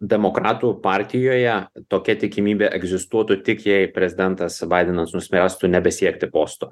demokratų partijoje tokia tikimybė egzistuotų tik jei prezidentas baidenas nuspręstų nebesiekti posto